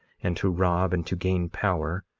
and to rob, and to gain power,